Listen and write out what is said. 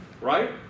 Right